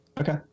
Okay